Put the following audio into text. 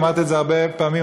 אמרתי את זה הרבה פעמים,